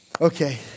Okay